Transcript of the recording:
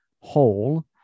whole